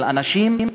של אנשים,